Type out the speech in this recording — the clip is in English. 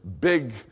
big